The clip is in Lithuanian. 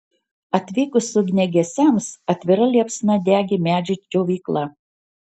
atvykus ugniagesiams atvira liepsna degė medžio džiovykla